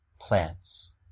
plants